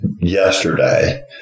yesterday